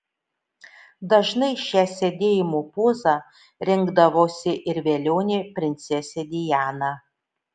dažnai šią sėdėjimo pozą rinkdavosi ir velionė princesė diana